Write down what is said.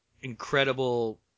incredible